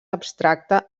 abstracte